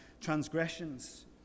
transgressions